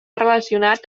relacionat